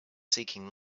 seeking